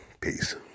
Peace